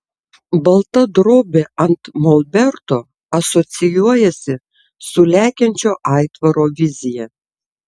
balta drobė ant molberto asocijuojasi su lekiančio aitvaro vizija